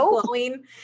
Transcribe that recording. glowing